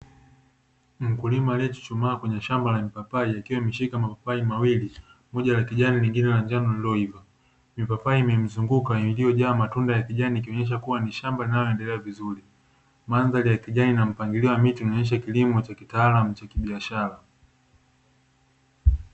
Mkulima aliyechuchumaa kwenye shamba la mipapai akiwa ameshika mapapai mawili moja la kijani lingine la njano lililoiva, mipapai imemzunguka imejaa matunda ya kijani ikionyesha ni shamba linaloendelea vizuri, mandhari ya kijani na mpangilio wa miti inaonyesha kilimo cha kitaalamu cha biashara.